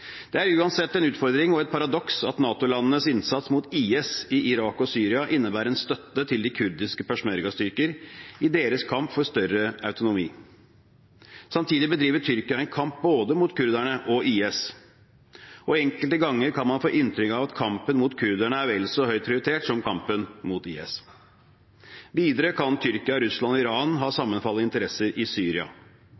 Det er uansett en utfordring og et paradoks at NATO-landenes innsats mot IS i Irak og Syria innebærer en støtte til de kurdiske peshmergastyrker i deres kamp for større autonomi. Samtidig bedriver Tyrkia en kamp både mot kurderne og IS, og enkelte ganger kan man få inntrykk av at kampen mot kurderne er vel så høyt prioritert som kampen mot IS. Videre kan Tyrkia, Russland og Iran ha